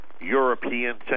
European